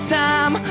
time